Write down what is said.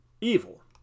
evil